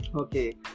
okay